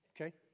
Okay